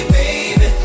baby